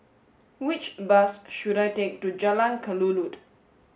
which bus should I take to Jalan Kelulut